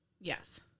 Yes